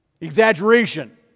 Exaggeration